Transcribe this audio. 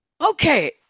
Okay